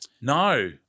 no